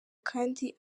kandi